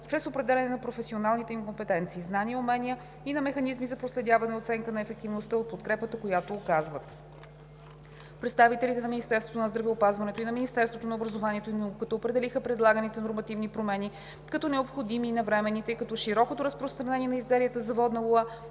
чрез определяне на професионалните им компетенции, знания и умения и на механизми за проследяване и оценка на ефективността от подкрепата, която оказват. Представителите на Министерството на здравеопазването и на Министерството на образованието и науката определиха предлаганите нормативни промени като необходими и навременни, тъй като широкото разпространение на изделията за водна лула,